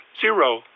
Zero